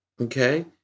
okay